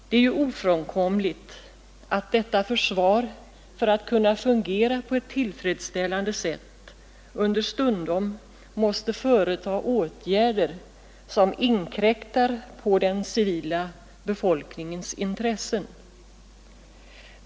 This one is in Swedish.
Det är ofrånkomligt att detta försvar för att kunna fungera på ett tillfredsställande sätt understundom måste företaga åtgärder som inkräktar på den civila befolkningens intressen.